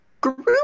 Group